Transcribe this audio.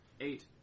Eight